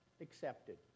accepted